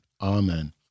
Amen